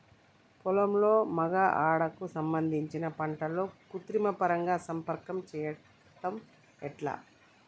పొలంలో మగ ఆడ కు సంబంధించిన పంటలలో కృత్రిమ పరంగా సంపర్కం చెయ్యడం ఎట్ల?